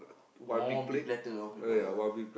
ah one one big platter ya